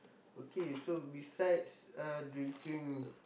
okay so besides uh drinking